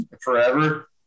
forever